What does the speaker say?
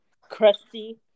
crusty